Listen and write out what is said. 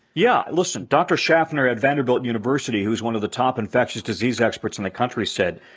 yeah. listen, dr. schaffner at vanderbilt university, who's one of the top infectious disease experts in the country said,